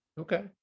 Okay